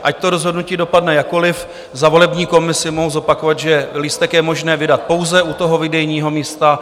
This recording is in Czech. Ať to rozhodnutí dopadne jakkoliv, za volební komisi mohu zopakovat, že lístek je možné vydat pouze u výdejního místa.